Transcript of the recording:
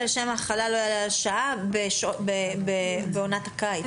לשם האכלה בעונת הקיץ.